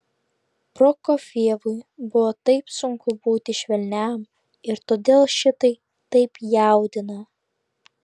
prokofjevui buvo taip sunku būti švelniam ir todėl šitai taip jaudina